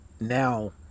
now